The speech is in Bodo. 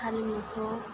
हारिमुखौ